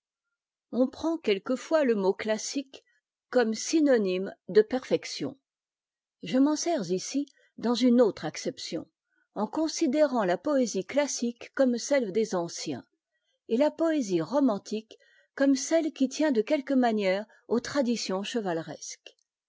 on prend quelquefois le mot classique comme synonyme de perfection je m'en sers ici dans une autre acception en considérant la poésie classique comme celle des anciens et la poésie romantique comme celle qui tient de quelque manière aux traditions chevaleresques